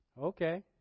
okay